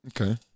Okay